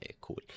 cool